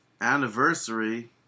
anniversary